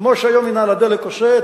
כמו שהיום מינהל הדלק עושה,